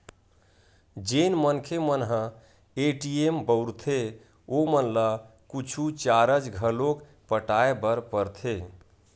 जेन मनखे मन ह ए.टी.एम बउरथे ओमन ल कुछु चारज घलोक पटाय बर परथे